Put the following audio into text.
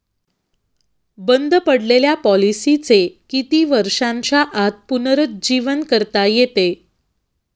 बंद पडलेल्या पॉलिसीचे किती वर्षांच्या आत पुनरुज्जीवन करता येते?